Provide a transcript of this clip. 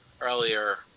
earlier